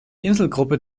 inselgruppe